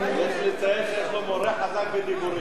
יש לציין שיש לו מורה חזק בדיבורים.